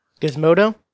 Gizmodo